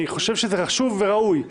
זה חשוב וראוי.